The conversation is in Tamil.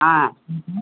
ஆம்